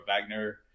wagner